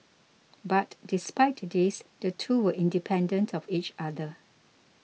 but despite this the two were independent of each other